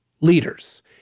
leaders